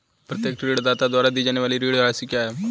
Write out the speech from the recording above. प्रत्येक ऋणदाता द्वारा दी जाने वाली ऋण राशि क्या है?